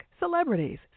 celebrities